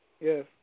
Yes